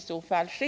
så fall beräknas ske?